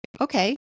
okay